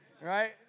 Right